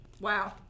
Wow